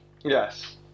yes